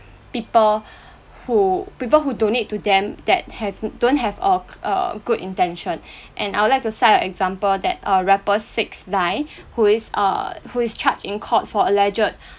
people who people who donate to them that have don't have err err good intention and I would like to cite an example that rapper sixnine who is err who is charged in court for alleged